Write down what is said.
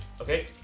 Okay